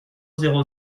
zéro